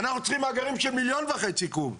אנחנו צריכים מאגרים של 1.5 קוב.